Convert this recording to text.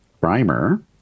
primer